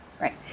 right